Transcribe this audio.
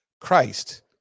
Christ